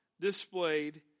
displayed